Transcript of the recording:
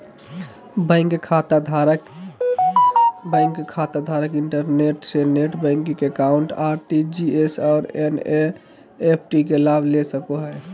bank खाताधारक internet से net banking account, RTGS और एन.इ.एफ.टी के लाभ ले सको हइ